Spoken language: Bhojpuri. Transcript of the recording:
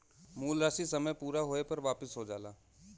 मूल राशी समय पूरा होये पर वापिस हो जाला